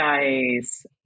nice